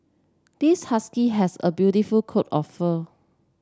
this husky has a beautiful coat of fur